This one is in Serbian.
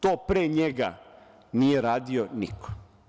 To pre njega nije radio niko.